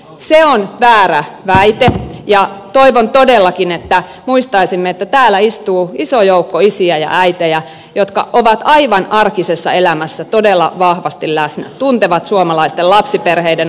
se on väärä väite ja toivon todellakin että muistaisimme että täällä istuu iso joukko isiä ja äitejä jotka ovat aivan arkisessa elämässä todella vahvasti läsnä tuntevat suomalaisten lapsiperheiden arjen